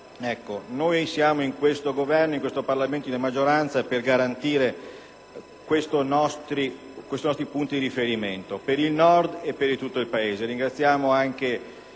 Noi siamo in questo Governo, in questo Parlamento, nella maggioranza per garantire questi nostri punti di riferimento per il Nord e per tutto il Paese. Ringraziamo anche